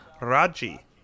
Raji